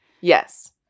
yes